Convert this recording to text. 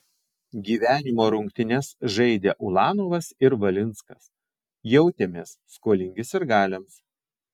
gyvenimo rungtynes žaidę ulanovas ir valinskas jautėmės skolingi sirgaliams